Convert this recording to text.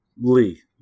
Lee